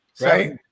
Right